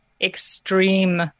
extreme